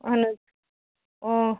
اہن حظ